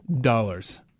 dollars